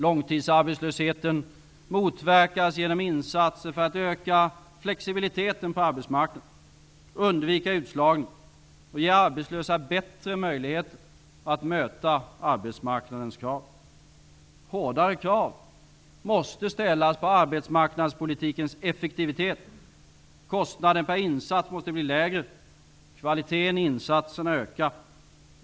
Långtidsarbetslösheten motverkas genom insatser för att öka flexibiliteten på arbetsmarknaden, undvika utslagning och ge arbetslösa bättre möjligheter att möta arbetsmarknadens krav. Hårdare krav måste ställas på arbetsmarknadspolitikens effektivitet. Kostnaden per insats måste bli lägre och kvaliteten i insatserna öka.